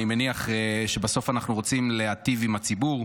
אני מניח שבסוף אנחנו רוצים להיטיב עם הציבור,